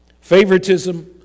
Favoritism